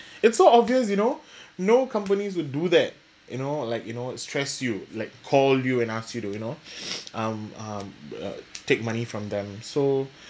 it's so obvious you know no companies would do that you know like you know stress you like call you and ask you to you know um um take money from them so